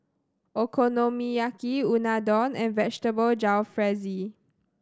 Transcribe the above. Okonomiyaki Unadon and Vegetable Jalfrezi